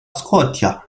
scotia